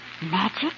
Magic